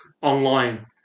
online